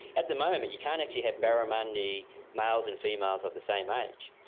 at the moment you can't actually have barramundi males and females of the same age.